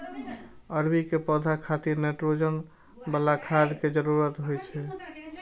अरबी के पौधा खातिर नाइट्रोजन बला खाद के जरूरत होइ छै